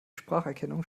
spracherkennung